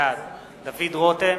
בעד דוד רותם,